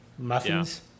Muffins